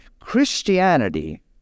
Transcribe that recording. christianity